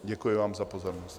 Děkuji vám za pozornost.